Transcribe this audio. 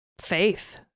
faith